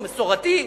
או מסורתי?